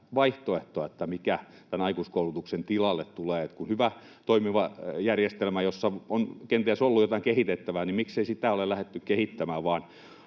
vaihtoehtoa, mikä aikuiskoulutuksen tilalle tulee. Kun on hyvä, toimiva järjestelmä, jossa on kenties ollut jotain kehitettävää, niin miksei sitä ole lähdetty kehittämään